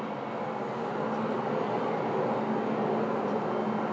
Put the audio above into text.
Z>